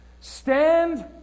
Stand